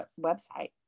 website